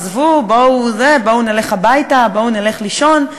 עזבו, בואו נלך הביתה, בואו נלך לישון.